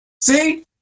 See